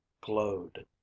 glowed